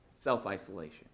self-isolation